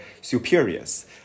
superiors